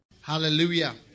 Hallelujah